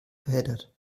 verheddert